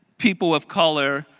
people of color,